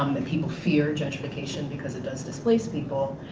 um the people fear gentrification because it does displace people.